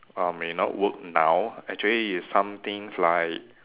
uh may not work now actually it's some things like